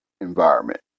Environment